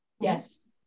Yes